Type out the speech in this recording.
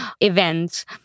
events